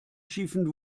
schiefen